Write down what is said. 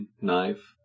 knife